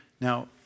Now